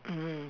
mmhmm